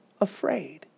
afraid